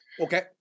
Okay